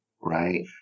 right